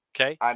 okay